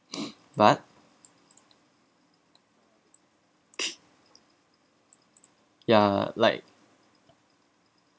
but ya like